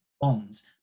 bonds